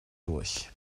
durch